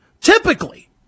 Typically